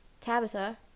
Tabitha